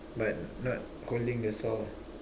but not holding the saw